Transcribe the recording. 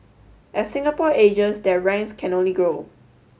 as Singapore ages their ranks can only grow